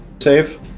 save